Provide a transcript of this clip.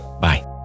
Bye